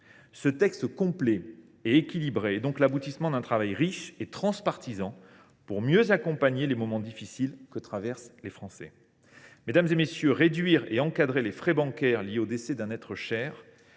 Ce texte complet et équilibré est donc l’aboutissement d’un travail riche et transpartisan pour mieux accompagner les Français dans les moments difficiles qu’ils traversent. Mesdames, messieurs les sénateurs, réduire et encadrer les frais bancaires liés au décès d’un être cher,